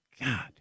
God